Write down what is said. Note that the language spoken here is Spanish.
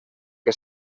que